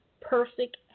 perfect